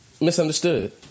misunderstood